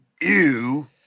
Ew